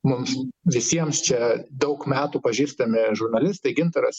mums visiems čia daug metų pažįstami žurnalistai gintaras